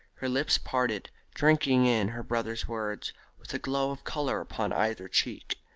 her lips parted, drinking in her brother's words with a glow of colour upon either cheek.